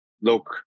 Look